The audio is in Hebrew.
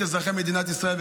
את אזרחי מדינת ישראל.